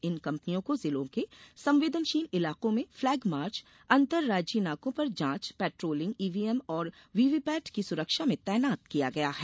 इन कम्पनियों को जिलों के संवेदनशील इलाकों में फ्लेग मार्च अन्तर्राज्यीय नाकों पर जांच पेट्रोलिंग ईव्हीएम और व्हीव्हीपेट की सुरक्षा में तैनात किया गया है